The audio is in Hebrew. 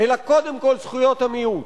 אלא קודם כול זכויות המיעוט.